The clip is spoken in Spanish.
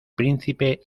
príncipe